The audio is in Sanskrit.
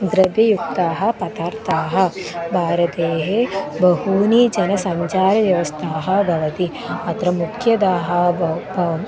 द्रव्ययुक्ताः पदार्थाः भारतेः बहूनि जनसञ्चारव्यवस्थाः भवति वति अत्र मुख्यदाः बव्